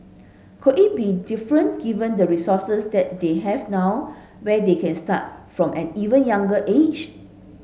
could it be different given the resources that they have now where they can start from an even younger age